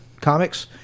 comics